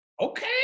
Okay